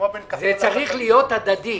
זה צריך להיות הדדי.